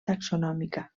taxonòmica